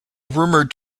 rumored